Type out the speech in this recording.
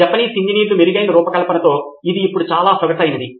Japanese ఇంజనీర్ల మెరుగైన రూపకల్పనలతో ఇది ఇప్పుడు చాలా సొగసైనది